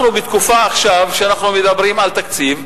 אנחנו עכשיו בתקופה שאנחנו מדברים על תקציב,